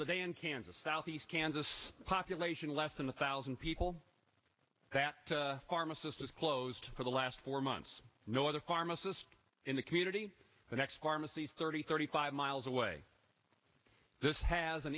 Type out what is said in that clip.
they in kansas southeast kansas population less than a thousand people that pharmacist was closed for the last four months no other pharmacist in the community the next pharmacies thirty thirty five miles away this has an